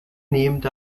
named